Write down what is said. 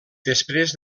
després